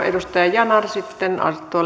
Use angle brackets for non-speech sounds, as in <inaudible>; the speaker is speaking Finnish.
<unintelligible> edustaja yanar sitten